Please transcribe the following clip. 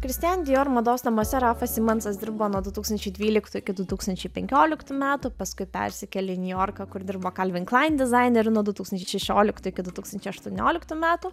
kristian dior mados namuose rafas simonsas dirbo nuo du tūkstančiai dvyliktų iki du tūkstančiai penkioliktų metų paskui persikėlė į niujorką kur dirbo kalvin klain dizaineriu nuo du tūkstančiai šešioliktų iki du tūkstančiai aštuonioliktų metų